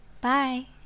Bye